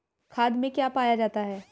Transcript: खाद में क्या पाया जाता है?